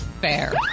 FAIR